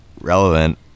Relevant